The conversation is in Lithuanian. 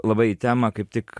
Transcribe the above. labai į temą kaip tik